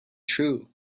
true